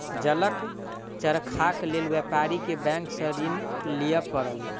जलक चरखाक लेल व्यापारी के बैंक सॅ ऋण लिअ पड़ल